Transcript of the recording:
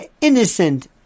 innocent